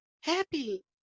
Happy